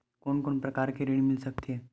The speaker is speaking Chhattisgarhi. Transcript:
कोन कोन प्रकार के ऋण मिल सकथे?